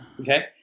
okay